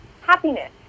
happiness